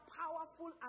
powerful